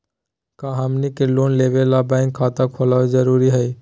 का हमनी के लोन लेबे ला बैंक खाता खोलबे जरुरी हई?